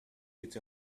with